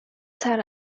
that